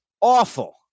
awful